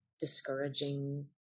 discouraging